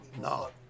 No